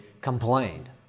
complained